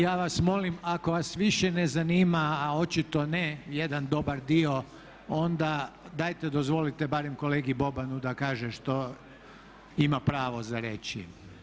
Ja vas molim, ako vas više ne zanima, a očito ne, jedan dobar dio, onda dajte dozvolite barem kolegi Bobanu da kaže što ima pravo za reći.